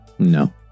No